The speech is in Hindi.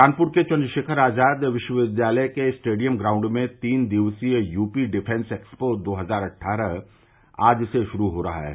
कानपुर के चन्द्रशेखर आजाद विश्वविद्यालय के स्टेडियम ग्राउंड में तीन दिवसीय यूपी डिफेंस एक्सपो दो हजार अट्ठारह आज से शुरू हो रहा है